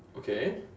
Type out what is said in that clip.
okay